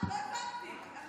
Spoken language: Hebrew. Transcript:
שדות מוקשים ושטחי נפלים (תיקון מס' 2),